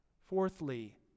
Fourthly